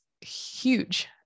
huge